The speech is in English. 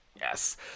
Yes